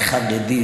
זה חרדי,